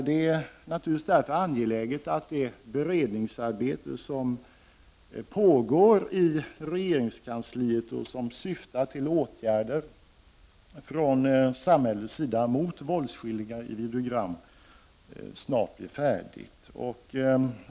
Det är därför angeläget att det beredningsarbete som pågår i regeringskansliet och som syftar till åtgärder från samhällets sida mot våldsskildringar i videogram snart blir färdigt.